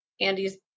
Andy's